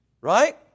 right